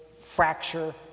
fracture